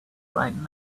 right